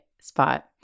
spot